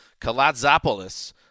Kalatzopoulos